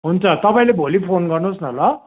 हुन्छ तपाईँले भोलि फोन गर्नुहोस् न ल